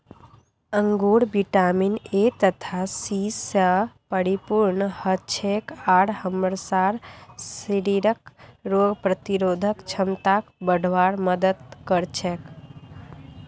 अंगूर vitamin A तथा C स परिपूर्ण हछेक आर हमसार शरीरक रोग प्रतिरोधक क्षमताक बढ़वार मदद कर छेक